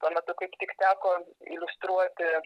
tuo metu kaip tik teko iliustruoti